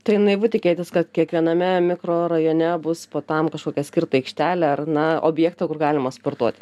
tai naivu tikėtis kad kiekviename mikrorajone bus po tam kažkokią skirtą aikštelę ar na objektą kur galima sportuoti